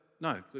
No